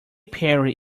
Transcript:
perry